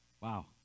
Wow